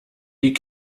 die